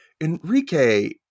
Enrique